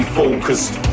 focused